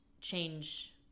change